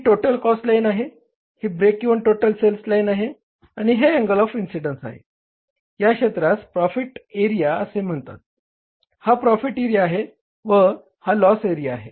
ही total cost line आहे ही break even total sales line आहे आणि हे अँगल ऑफ इन्सिडेंस आहे या क्षेत्रास प्रॉफिट एरिया म्हणतात हा प्रॉफिट एरिया आहे व हा लॉस एरिया आहे